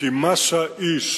כי מה שהאיש,